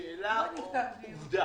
שאלה או עובדה.